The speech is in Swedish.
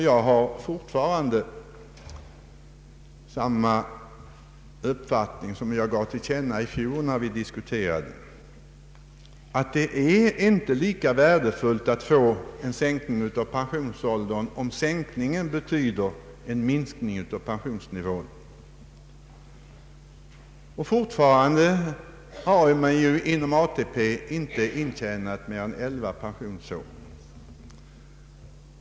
Jag har fortfarande samma uppfattning som den jag gav till känna i fjol, nämligen att det inte är lika värdefullt att få till stånd en sänkning av pensionsåldern, om sänkningen betyder en minskning av pensionsnivån. Man har ju fortfarande inom ATP inte intjänat mer än 11 pensionsår.